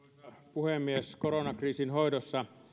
puhemies koronakriisin hoidossa